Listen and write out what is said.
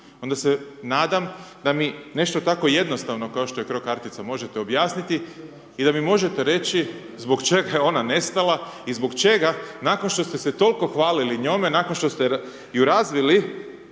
onda se nadam da mi nešto tako jednostavno kao što je cro kartica, možete objasniti i da mi možete reći zbog čega je ona nestala i zbog čega, nakon što ste se toliko hvalili njome, nakon što ste ju razvili